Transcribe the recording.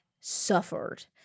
suffered